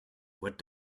what